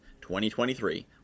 2023